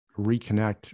reconnect